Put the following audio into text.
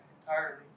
entirely